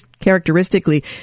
characteristically